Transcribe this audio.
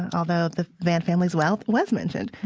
and although the vann family's wealth was mentioned.